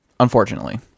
Unfortunately